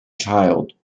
child